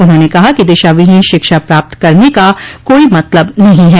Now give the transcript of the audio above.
उन्होंने कहा कि दिशाविहीन शिक्षा प्राप्त करने का कोई मतलब नहीं है